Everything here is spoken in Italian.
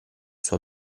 suo